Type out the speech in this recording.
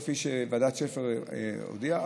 כפי שוועדת שפר הודיעה,